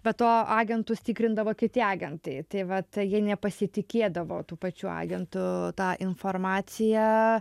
be to agentus tikrindavo kiti agentai tai va tai jie nepasitikėdavo tų pačių agentų ta informacija